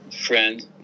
friend